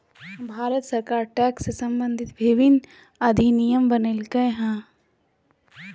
भारत सरकार टैक्स से सम्बंधित विभिन्न अधिनियम बनयलकय हइ